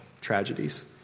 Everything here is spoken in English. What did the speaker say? tragedies